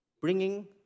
Bringing